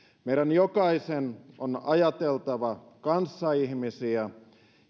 meidän jokaisen on ajateltava kanssaihmisiä